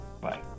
Bye